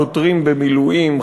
שוטרים במילואים,